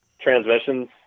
transmissions